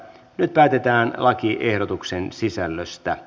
nyt päätetään lakiehdotuksen sisällöstä